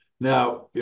Now